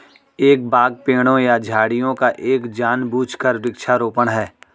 एक बाग पेड़ों या झाड़ियों का एक जानबूझकर वृक्षारोपण है